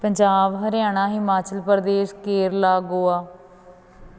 Punjab Haryana Himachal Pradesh Kerala Goa